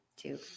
Two